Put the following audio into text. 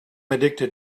addicted